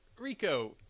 Rico